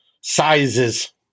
sizes